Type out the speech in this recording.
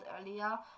earlier